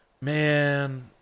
Man